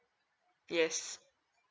yes